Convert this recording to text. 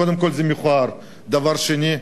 קודם כול, זה מכוער, דבר שני,